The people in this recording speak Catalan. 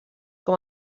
com